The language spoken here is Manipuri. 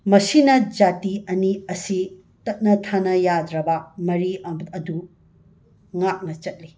ꯃꯁꯤꯅ ꯖꯥꯇꯤ ꯑꯅꯤ ꯑꯁꯤ ꯇꯠꯅ ꯊꯥꯅ ꯌꯥꯗ꯭ꯔꯕ ꯃꯔꯤ ꯑꯗꯨ ꯉꯥꯛꯅ ꯆꯠꯂꯤ